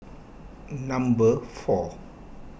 number four